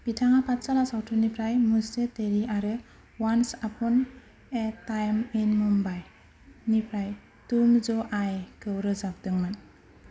बिथाङा पाठशाला सावथुननिफ्राय मुझसे तेरी आरो once upon a time in Mumbai निफ्राय तुम जो आए खौ रोजाबदोंमोन